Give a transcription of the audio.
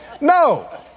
no